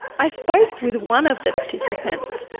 i spoke with one of the participants,